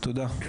תודה.